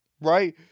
right